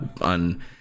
on